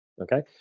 Okay